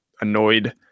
annoyed